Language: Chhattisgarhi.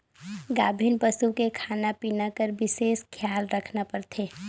गाभिन पसू के खाना पिना कर बिसेस खियाल रखना परथे